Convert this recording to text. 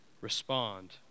respond